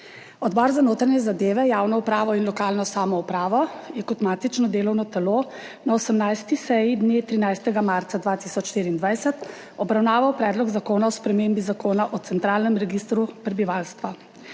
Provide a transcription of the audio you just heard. Odbor za notranje zadeve, javno upravo in lokalno samoupravo je kot matično delovno telo na 18. seji dne 13. marca 2024 obravnaval Predlog zakona o spremembi Zakona o centralnem registru prebivalstva.